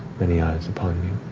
many eyes upon you.